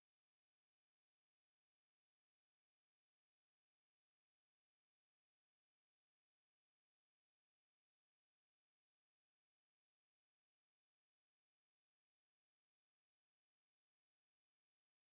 mu mabuye, gushushanya ku bibaho, guhanga amashusho mu ibumba ndetse no kwandika ku myenda n'ibitambaro. Ibihangano by'ubugeni byibutsa amateka anyuranye y'igihugu runaka, byerekana kandi n'iterambere ry'ubumenyi bwa gakondo.